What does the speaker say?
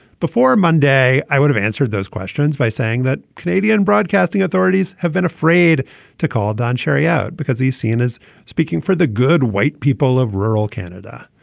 before monday i would have answered those questions by saying that canadian broadcasting authorities have been afraid to call don cherry out because he's seen as speaking for the good white people of rural canada.